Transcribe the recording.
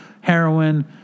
heroin